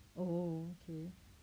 oh okay